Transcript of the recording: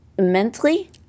mentally